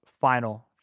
Final